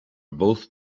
both